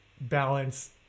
balance